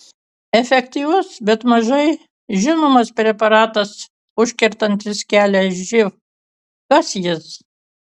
efektyvus bet mažai žinomas preparatas užkertantis kelią živ kas jis